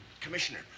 Commissioner